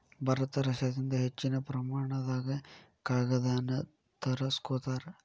ಭಾರತ ರಷ್ಯಾದಿಂದ ಹೆಚ್ಚಿನ ಪ್ರಮಾಣದಾಗ ಕಾಗದಾನ ತರಸ್ಕೊತಾರ